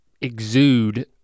exude